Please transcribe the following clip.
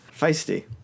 Feisty